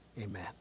Amen